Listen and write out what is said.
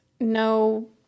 no